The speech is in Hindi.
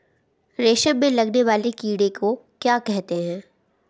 रेशम में लगने वाले कीड़े को क्या कहते हैं?